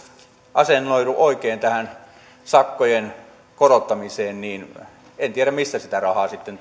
asennoidu oikein tähän sakkojen korottamiseen niin en tiedä mistä sitä rahaa sitten